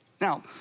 Now